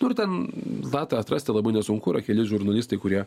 nu ir ten vatą atrasti labai nesunku yra keli žurnalistai kurie